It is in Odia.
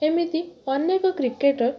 ଏମିତି ଅନେକ କ୍ରିକେଟର